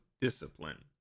discipline